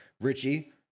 Richie